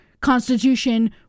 constitution